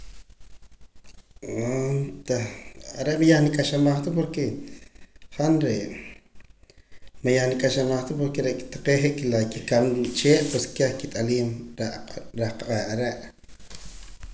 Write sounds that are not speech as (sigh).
(hesitation) tah are' yah manuk'axamah ta porque han re' man yah nuk'axamah ta porque re' aka taqee' je' la kikamana k'ichee keh qat'aliim reh qab'eh are'.